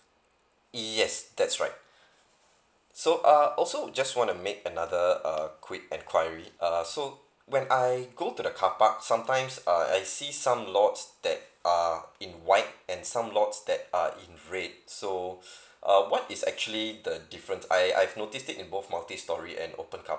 yes that's right so uh also just wanna make another uh quick enquiry uh so when I go to the carpark sometimes uh I see some lots that uh in white and some lots that are in red so uh what is actually the difference I I've noticed in both multi storey and open car